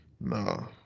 No